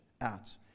out